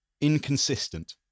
inconsistent